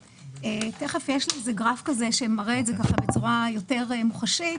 תיכף יש לי גרף שמראה את זה בצורה יותר מוחשית.